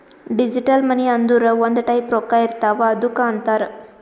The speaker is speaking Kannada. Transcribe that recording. ಡಿಜಿಟಲ್ ಮನಿ ಅಂದುರ್ ಒಂದ್ ಟೈಪ್ ರೊಕ್ಕಾ ಇರ್ತಾವ್ ಅದ್ದುಕ್ ಅಂತಾರ್